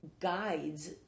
guides